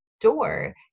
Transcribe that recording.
door